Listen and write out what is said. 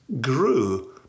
grew